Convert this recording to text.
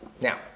Now